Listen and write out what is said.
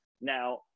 Now